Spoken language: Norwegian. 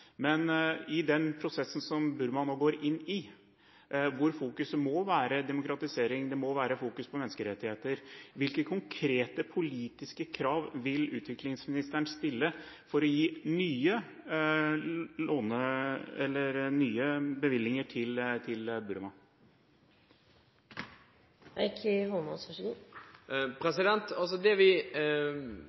Men i den prosessen som Burma nå går inn i, hvor fokuset må være på demokratisering, og det må være fokus på menneskerettigheter, hvilke konkrete, politiske krav vil utviklingsministeren stille for å gi nye